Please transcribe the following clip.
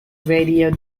radio